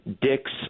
Dick's